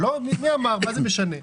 מה זה משנה?